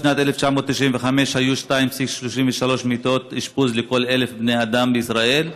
בשנת 1995 היו 2.33 מיטות אשפוז לכל 1,000 בני אדם בישראל,